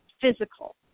physical